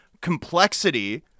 complexity